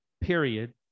period